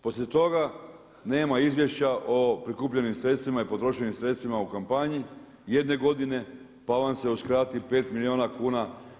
Poslije toga nema izvješća o prikupljenim sredstvima i potrošenim sredstvima u kampanji jedne godine, pa vam se uskrati 5 milijuna kuna.